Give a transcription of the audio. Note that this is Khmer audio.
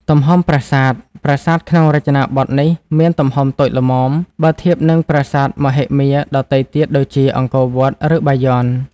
ទំហំប្រាសាទ ប្រាសាទក្នុងរចនាបថនេះមាន ទំហំតូចល្មម បើធៀបនឹងប្រាសាទមហិមាដទៃទៀតដូចជា អង្គរវត្ត ឬបាយ័ន។